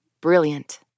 Brilliant